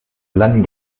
landen